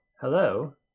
hello